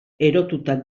erotuta